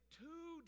two